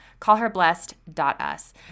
Callherblessed.us